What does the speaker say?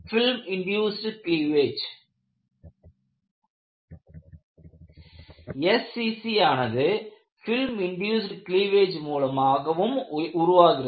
film induced cleavage SCC ஆனது film induced cleavage மூலமாகவும் உருவாகிறது